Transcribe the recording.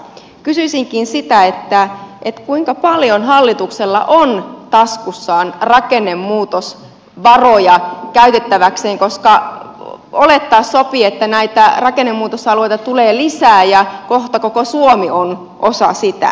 kysyisinkin sitä kuinka paljon hallituksella on taskussaan rakennemuutosvaroja käytettäväksi koska olettaa sopii että näitä rakennemuutosalueita tulee lisää ja kohta koko suomi on osa sitä